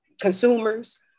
consumers